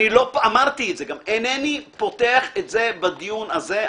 גם אמרתי איני פותח את זה בדיון הזה.